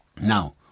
Now